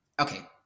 okay